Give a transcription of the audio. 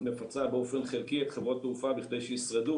מפצה באופן חלקי את חברות התעופה בכדי שישרדו,